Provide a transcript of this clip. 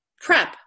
prep